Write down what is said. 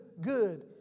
good